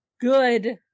good